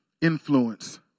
influence